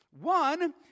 One